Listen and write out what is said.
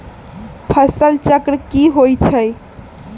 फसल चक्र की होइ छई?